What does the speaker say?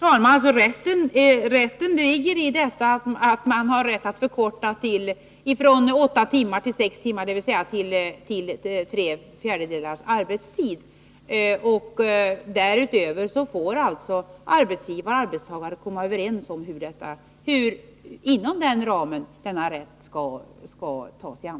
Herr talman! Rätten består i att man har rätt att förkorta från åtta timmar till tre fjärdedelar av arbetstiden. Därutöver får arbetsgivare och arbetstagare komma överens om hur rätten skall tas i anspråk inom den ramen.